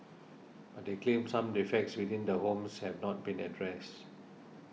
but they claimed some defects within the homes have not been addressed